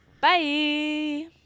Bye